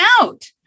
out